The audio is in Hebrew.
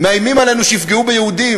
מאיימים עלינו שיפגעו ביהודים.